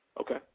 Okay